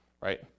right